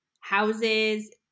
houses